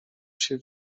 się